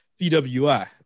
PWI